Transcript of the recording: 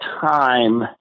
time